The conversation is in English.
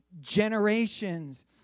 generations